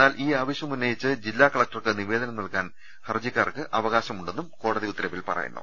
എന്നാൽ ഈയാവശ്യം ഉന്നയിച്ച് ജില്ലാ കലക്ടർക്ക് നിവേദനം നൽകാൻ ഹരജിക്കാർക്ക് അവകാശമുണ്ടെന്നും കോടതി ഉത്തരവിൽ പറയുന്നു